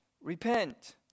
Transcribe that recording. Repent